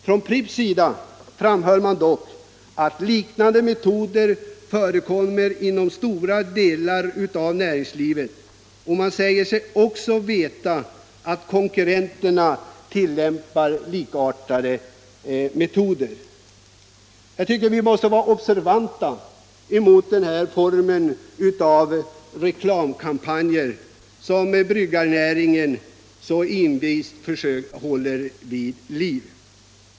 Från Pripps sida framhöll man dock, att liknande metoder förekommer inom stora delar av näringslivet, och man säger sig också veta att konkurrenterna tillämpar likartade metoder. Jag tycker vi måste vara observanta emot den här formen av reklamkampanj som bryggerinäringen så envist försöker hålla vid liv.